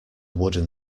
wooden